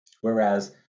whereas